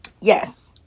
Yes